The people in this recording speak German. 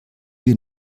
wir